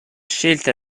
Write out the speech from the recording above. scelta